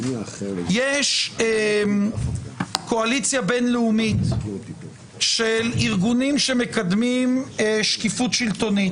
יש קואליציה בינלאומית של ארגונים שמקדמים שקיפות שלטונית.